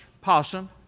possum